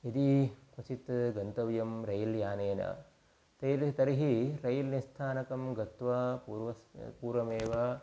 यदि क्वचित् गन्तव्यं रैल्यानेन ते यदि तर्हि रैल्निस्थानकं गत्वा पूर्वस्मिन् पूर्वमेव